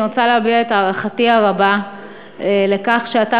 אני רוצה להביע את הערכתי הרבה לכך שאתה